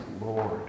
Lord